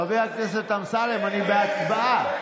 חבר הכנסת אמסלם, אני בהצבעה.